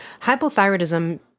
hypothyroidism